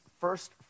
first